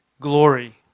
glory